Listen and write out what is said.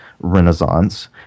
renaissance